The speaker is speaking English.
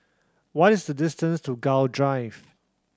what is the distance to Gul Drive